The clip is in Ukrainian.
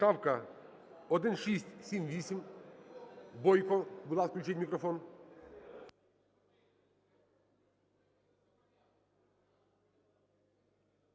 Поправка 1678. Бойко, будь ласка, включіть мікрофон.